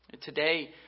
today